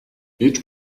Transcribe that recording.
each